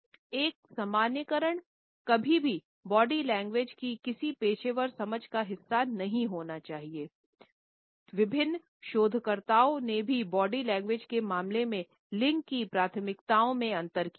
यह सामान्यीकरण कभी भी बॉडी लैंग्वेज की किसी पेशेवर समझ का हिस्सा नहीं होना चाहिए विभिन्न शोधकर्ता ने भी बॉडी लैंग्वेज के मामले में लिंग की प्राथमिकताओं में अंतर किया है